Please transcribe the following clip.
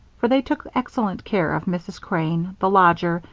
for they took excellent care of mrs. crane, the lodgers,